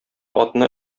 атны